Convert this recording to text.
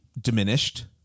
diminished